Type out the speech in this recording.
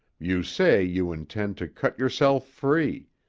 you say you intend to cut yourself free,